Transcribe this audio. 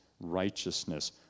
righteousness